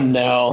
no